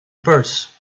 purse